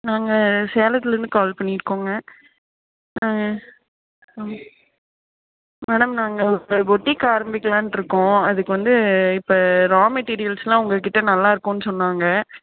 நாங்கள் சேலத்திலருந்து கால் பண்ணியிருக்கோங்க மேடம் நாங்கள் ஒரு பொட்டிக் ஆரமிக்கலாண்ட்டிருக்கோம் அதுக்கு வந்து இப்போ ரா மெட்டிரியல்ஸ்ஸெலாம் உங்கள் கிட்டே நல்லா இருக்கும்னு சொன்னாங்க